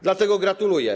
Dlatego gratuluję.